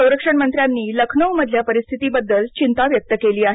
संरक्षणमंत्र्यांनी लखनऊ मधल्या या परिस्थितीबाबत चिंता व्यक्त केली आहे